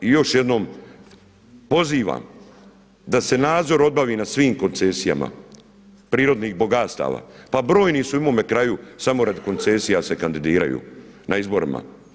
I još jednom pozivam da se nadzor obavi na svim koncesijama prirodnih bogatstava, pa brojni su u mome kraju samo radi koncesija se kandidiraju na izborima.